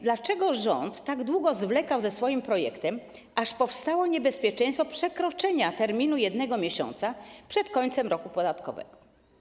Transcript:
Dlaczego rząd tak długo zwlekał ze swoim projektem, aż powstało niebezpieczeństwo przekroczenia terminu jednego miesiąca przed końcem roku podatkowego?